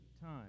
time